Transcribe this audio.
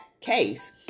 case